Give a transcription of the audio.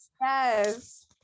Yes